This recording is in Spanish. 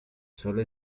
solo